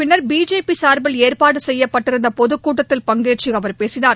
பின்னா் பிஜேபி சா்பில் ஏற்பாடு செய்யப்பட்டிருந்த பொதுக்கூட்டத்தில் பஙகேற்று அவர் பேசினார்